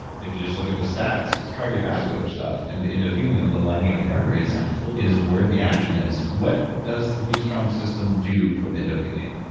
if you just look at the stats its cardiovascular stuff and the endothelium, the lining of the arteries is where the action is. what does the b strong system do for the endothelium?